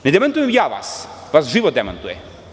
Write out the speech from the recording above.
Ne demantujem ja vas, vas život demantuje.